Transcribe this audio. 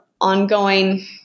ongoing